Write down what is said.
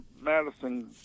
Madison